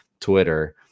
Twitter